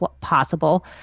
possible